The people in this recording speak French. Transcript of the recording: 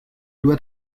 doit